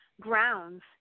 grounds